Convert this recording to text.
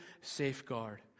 safeguard